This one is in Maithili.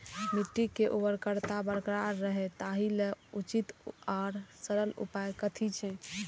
मिट्टी के उर्वरकता बरकरार रहे ताहि लेल उचित आर सरल उपाय कथी छे?